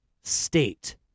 state